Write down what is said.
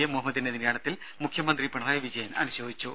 A മുഹമ്മദിന്റെ നിര്യാണത്തിൽ മുഖ്യമന്ത്രി പിണറായി വിജയൻ അനുശോചിച്ചു